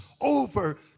over